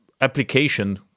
application